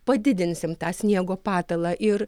padidinsim tą sniego patalą ir